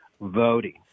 voting